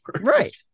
Right